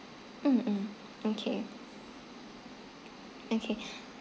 mm mm okay okay